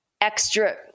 extra